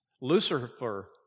Lucifer